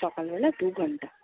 সকালবেলা দুঘণ্টা